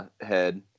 head